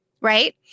right